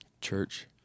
Church